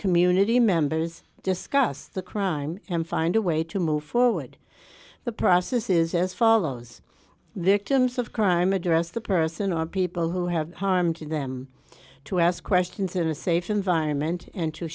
community members discuss the crime and find a way to move forward the process is as follows victims of crime address the person or people who have harm to them to ask questions in a safe environment and to